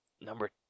Number